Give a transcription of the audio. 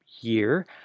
year